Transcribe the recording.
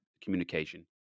communication